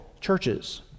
churches